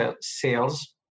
sales